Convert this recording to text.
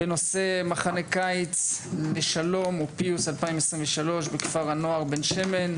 בנושא מחנה קיץ לשלום ופיוס 2023 בכפר הנוער בן שמן,